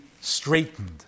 straightened